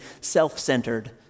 self-centered